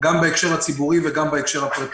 גם בהקשר הציבורי וגם בהקשר הפרטי.